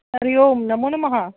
हरिः ओं नो नमः